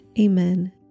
Amen